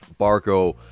Barco